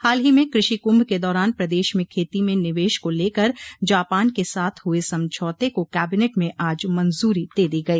हाल ही में कृषि कुंभ के दौरान प्रदेश में खेती में निवेश को लेकर जापान के साथ हुए समझौते को कैबिनेट में आज मंजूरी दे दी गई